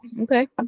okay